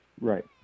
Right